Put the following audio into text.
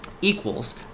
equals